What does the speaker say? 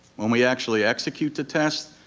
when we actually execute the test,